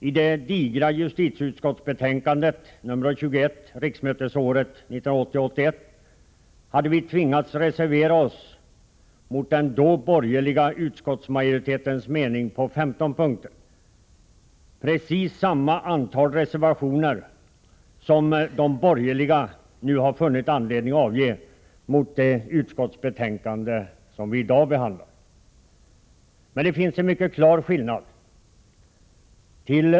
I det digra justitieutskottsbetänkandet — nr 21 riksmötesåret 1980/81 — hade vi tvingats reservera oss mot den dåvarande borgerliga utskottsmajoritetens mening på 15 punkter — det var precis lika många reservationer som de borgerliga nu har funnit anledning avge i anslutning till det utskottsbetänkande vi behandlar i dag. Men det finns en mycket klar skillnad.